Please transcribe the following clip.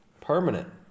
Permanent